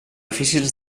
difícils